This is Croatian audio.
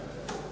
Hvala